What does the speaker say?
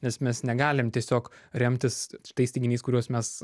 nes mes negalim tiesiog remtis tais teiginiais kuriuos mes